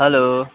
hello